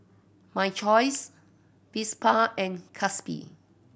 My Choice Vespa and Gatsby